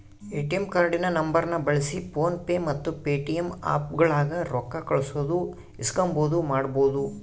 ATM ಕಾರ್ಡಿನ ನಂಬರ್ನ ಬಳ್ಸಿ ಫೋನ್ ಪೇ ಮತ್ತೆ ಪೇಟಿಎಮ್ ಆಪ್ಗುಳಾಗ ರೊಕ್ಕ ಕಳ್ಸೋದು ಇಸ್ಕಂಬದು ಮಾಡ್ಬಹುದು